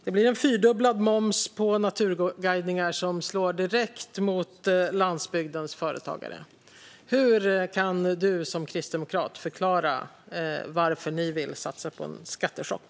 Det blir fyrdubblad moms på naturguidningar, vilket slår direkt mot landsbygdens företagare. Hur förklarar du som kristdemokrat att ni vill satsa på denna skattechock?